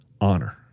honor